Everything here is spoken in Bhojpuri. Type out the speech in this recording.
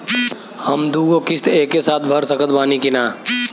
हम दु गो किश्त एके साथ भर सकत बानी की ना?